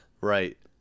right